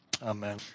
Amen